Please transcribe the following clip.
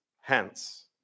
hence